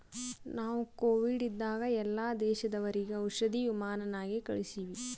ನಾವು ಕೋವಿಡ್ ಇದ್ದಾಗ ಎಲ್ಲಾ ದೇಶದವರಿಗ್ ಔಷಧಿ ವಿಮಾನ್ ನಾಗೆ ಕಳ್ಸಿವಿ